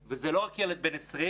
אני קורא לזה: בשעת הזהב בשעה הראשונה,